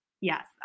Yes